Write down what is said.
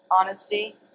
Honesty